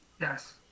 Yes